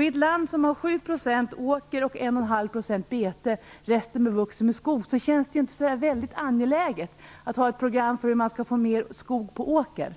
I ett land som har 7 % åker, 1,5 % betesmark och resten mark bevuxen med skog känns det inte så väldigt angeläget att ha ett program för hur man skall få mer skog på åker.